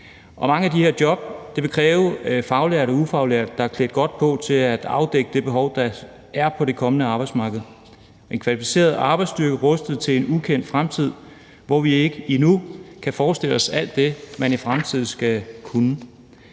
Mange af de her job vil kræve faglærte og ufaglærte, der er klædt godt på til at afdække det behov, der er på det kommende arbejdsmarked, en kvalificeret arbejdsstyrke rustet til en ukendt fremtid, hvor vi endnu ikke kan forestille os alt det, man i fremtiden skal kunne.